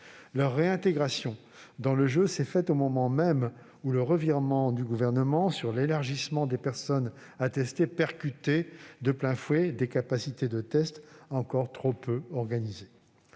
Leur réintégration dans le jeu s'est faite au moment même où le revirement du Gouvernement sur l'élargissement des personnes à tester percutait de plein fouet des capacités de test encore trop peu organisées.